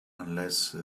unless